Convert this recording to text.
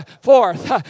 forth